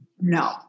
No